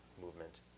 movement